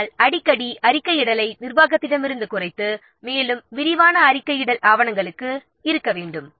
ஆனால் அடிக்கடி அறிக்கையிடலை நிர்வாகத்திடமிருந்து குறைத்து மேலும் விரிவாக அறிக்கையிடல் ஆவணங்களில் இருக்க வேண்டும்